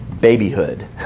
babyhood